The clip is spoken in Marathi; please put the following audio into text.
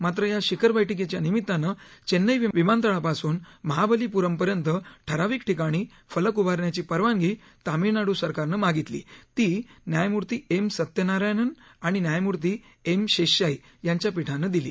मात्र या शिखर बैठकीच्या निमितानं चेन्नई विमानतळापासून महाबलीपूरम पर्यंत ठरावीक ठिकाणी फलक उभारण्याची परवानगी तमिळनाडू सरकारनं मागितली ती न्यायमूर्ती एम सत्यनारायणन् आणि न्यायमूर्ती एम शेषशायी यांच्या पीठानं दिली